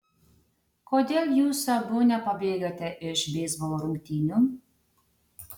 kodėl jūs abu nepabėgate iš beisbolo rungtynių